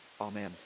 Amen